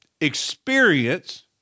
experience